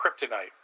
kryptonite